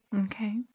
Okay